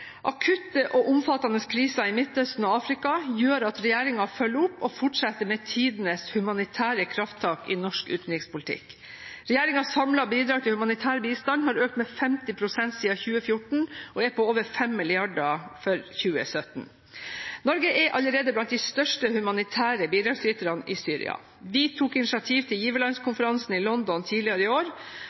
Akutte og omfattende kriser i Midtøsten og Afrika gjør at regjeringen følger opp og fortsetter tidenes humanitære krafttak i norsk utenrikspolitikk. Regjeringens samlede bidrag til humanitær bistand har økt med 50 pst. siden 2014 og er på over 5 mrd. kr for 2017. Norge er allerede blant de største humanitære bidragsyterne i Syria. Vi tok initiativ til giverlandskonferansen i London tidligere i år.